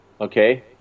okay